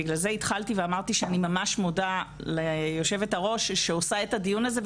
בגלל זה התחלתי ואמרתי שאני ממש מודה ליושבת-הראש שעושה את הדיון הזה,